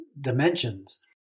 dimensions